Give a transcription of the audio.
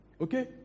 Okay